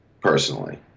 Personally